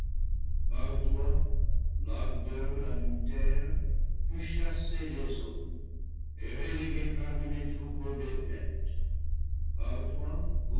toi l'ardeur adultère fut chassée des hommes et reléguée parmi le troupeau des bêtes par toi